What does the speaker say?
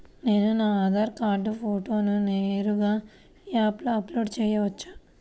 నేను నా ఆధార్ కార్డ్ ఫోటోను నేరుగా యాప్లో అప్లోడ్ చేయవచ్చా?